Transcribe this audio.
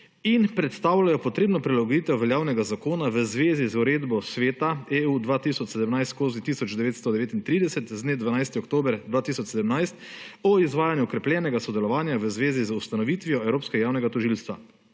in predstavljajo potrebno prilagoditev veljavnega zakona v zvezi z uredbo Sveta EU 2017/1939 z dne 12. oktober 2017 o izvajanju okrepljenega sodelovanja v zvezi z ustanovitvijo Evropskega javnega tožilstva